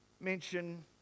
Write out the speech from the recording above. mention